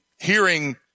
hearing